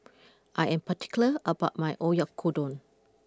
I am particular about my Oyakodon